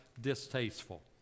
distasteful